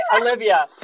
Olivia